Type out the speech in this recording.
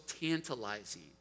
tantalizing